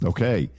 Okay